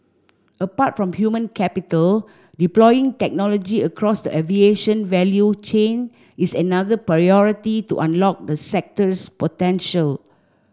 apart from human capital deploying technology across the aviation value chain is another priority to unlock the sector's potential